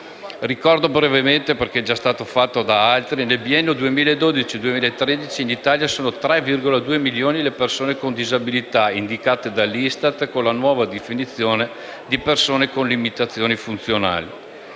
Ricordo - come hanno già fatto altri colleghi - che nel biennio 2012-2013, in Italia, sono 3,2 milioni le persone con disabilità, indicate dall'ISTAT con la nuova definizione di «persone con limitazioni funzionali».